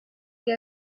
que